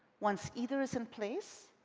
once either is in place,